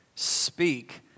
Speak